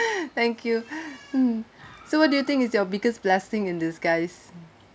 thank you mm so what do you think is your biggest blessing in disguise